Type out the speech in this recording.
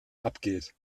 abgeht